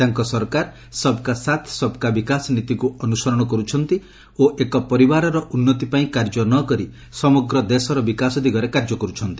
ତାଙ୍କ ସରକାର ସବ୍ ସାଥ୍ ସବ୍ କା ବିକାଶ୍ ନୀତିକୁ ଅନୁସରଣ କରୁଛନ୍ତି ଓ ଏକ ପରିବାରର ଉନ୍ନତି ପାଇଁ କାର୍ଯ୍ୟ ନକରି ସମଗ୍ର ଦେଶର ବିକାଶ ଦିଗରେ କାର୍ଯ୍ୟ କରୁଛନ୍ତି